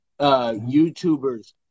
YouTubers